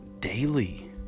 daily